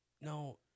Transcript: no